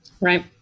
Right